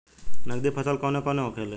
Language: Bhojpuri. नकदी फसल कौन कौनहोखे?